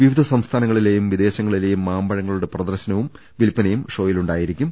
വിവിധ സംസ്ഥാനങ്ങളിലെയും വിദേശങ്ങളിലെയും മാമ്പ ഴങ്ങളുടെ പ്രദർശനവും വിൽപ്പനയും ഷോയിൽ ഉണ്ടായിരിക്കും